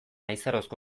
aizarozko